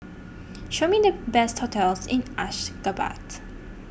show me the best hotels in Ashgabat